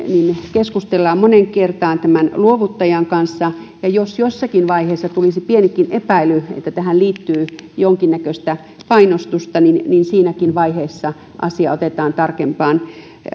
keskustellaan moneen kertaan tämän luovuttajan kanssa ja jos jossakin vaiheessa tulee pienikin epäily että tähän liittyy jonkinnäköistä painostusta niin niin siinäkin vaiheessa asia otetaan tarkempaan